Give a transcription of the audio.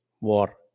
war